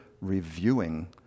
reviewing